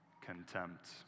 contempt